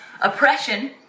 oppression